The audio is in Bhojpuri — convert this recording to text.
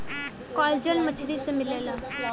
कॉलाजन मछरी से मिलला